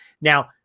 Now